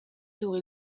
sur